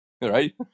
Right